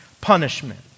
punishment